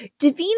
davina